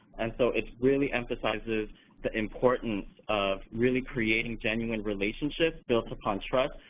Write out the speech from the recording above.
and so it really emphasizes the importance of really creating genuine relationships built upon trust,